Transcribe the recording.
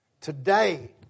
Today